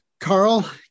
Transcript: Carl